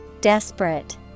Desperate